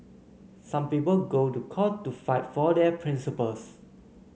some people go to court to fight for their principles